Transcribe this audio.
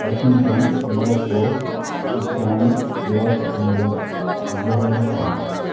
Washington Morocco Cape Town Los Angeles Johannesburg